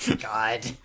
God